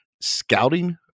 scouting